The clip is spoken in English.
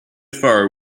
far